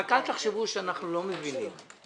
רק אל תחשבו שאנחנו לא מבינים.